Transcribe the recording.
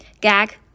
Gag